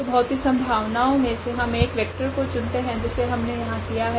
तो बहुत सी संभावनाओ मे से हम एक वेक्टर को चुनते है जिसे हमने यहाँ किया है